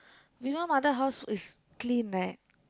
Vimal mother house is clean leh